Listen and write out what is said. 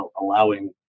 allowing